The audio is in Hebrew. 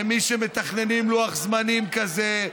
למי שמתכננים לוח זמנים כזה,